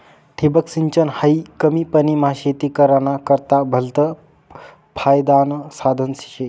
ठिबक सिंचन हायी कमी पानीमा शेती कराना करता भलतं फायदानं साधन शे